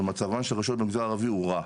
ומצבן של רשויות במגזר הערבי הורע.